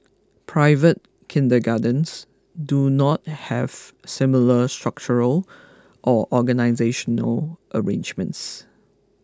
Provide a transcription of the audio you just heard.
private kindergartens do not have similar structural or organisational arrangements